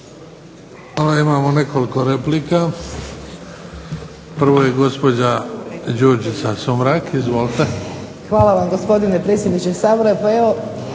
Hvala vam gospodine predsjedniče SAbora.